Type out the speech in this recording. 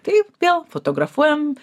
tai vėl fotografuojam